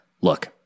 Look